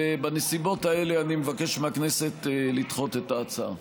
בנסיבות האלה אני מבקש מהכנסת לדחות את ההצעה.